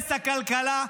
הרס הכלכלה,